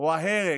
או ההרג